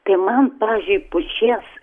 tai man pavyzdžiui pušies